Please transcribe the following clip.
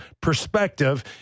perspective